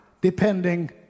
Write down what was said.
depending